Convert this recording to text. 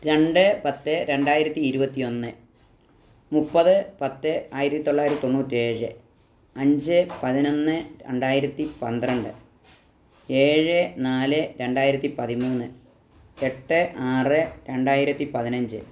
രണ്ട് പത്ത് രണ്ടായിരത്തി ഇരുപത്തി ഒന്ന് മുപ്പത് പത്ത് ആയിരത്തി തൊള്ളായിരത്തി തൊണ്ണൂറ്റേഴ് ആഞ്ച് പതിനൊന്ന് രണ്ടായിരത്തി പന്ത്രണ്ട് ഏഴ് നാല് രണ്ടായിരത്തി പതിമൂന്ന് എട്ട് ആറ് രണ്ടായിരത്തി പതിനഞ്ച്